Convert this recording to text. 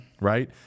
right